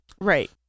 Right